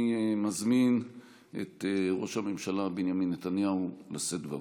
אני מזמין את ראש הממשלה בנימין נתניהו לשאת דברים.